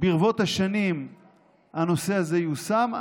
ברבות השנים הנושא הזה יושם.